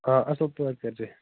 آ اصل پٲٹھۍ کٔرۍ زِ